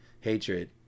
hatred